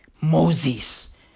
Moses